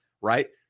right